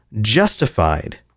justified